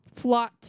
Flot